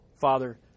father